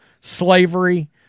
slavery